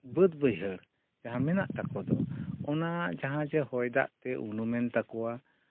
ᱵᱟᱹᱫᱽ ᱵᱟᱹᱭᱦᱟᱹᱲ ᱡᱟᱦᱟᱸ ᱢᱮᱱᱟᱜ ᱛᱟᱠᱚ ᱫᱚ ᱚᱱᱟ ᱡᱟᱦᱟᱸ ᱡᱮ ᱦᱚᱭᱫᱟᱜᱼᱛᱮ ᱩᱱᱩᱢᱮᱱ ᱛᱟᱠᱚᱣᱟ